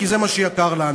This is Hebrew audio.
כי זה מה שיקר לנו.